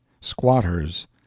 Squatters